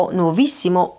nuovissimo